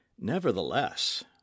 nevertheless